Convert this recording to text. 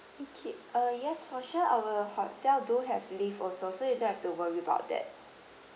okay uh yes for sure our hotel do have lift also so you don't have to worry about that